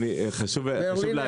אמרנו